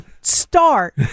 start